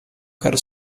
quero